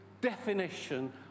definition